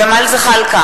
נגד ג'מאל זחאלקה,